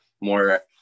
more